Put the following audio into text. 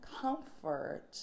comfort